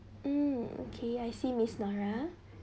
mm okay I see miss nora